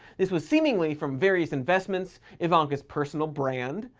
this was seemingly from various investments, ivanka's personal brand,